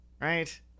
right